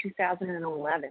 2011